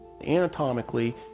Anatomically